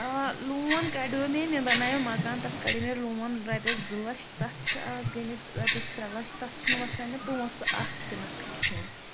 آ لون کَڑیو مےٚ بَناویو مَکانہٕ تَتھ کَڑیو مےٚ لون رۄپیَس زٕ لَچھ تَتھ چھِ آز گٔمٕتۍ رۄپیَس ترٛےٚ لچھ تَتھ چھُنہٕ وَسان مےٚ پونسہٕ اکھ تہِ نَکھٕ کِہیٖنۍ